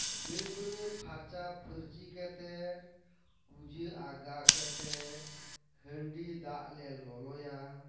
ᱰᱟᱹᱵᱽᱴᱨᱟᱹ ᱯᱷᱟᱨᱪᱟ ᱯᱷᱟᱹᱨᱪᱤ ᱠᱟᱛᱮᱫ ᱯᱩᱡᱟᱹ ᱟᱜᱟ ᱠᱮᱛᱮᱫ ᱦᱟᱺᱰᱤ ᱫᱟᱜ ᱞᱮ ᱞᱚᱞᱚᱭᱟ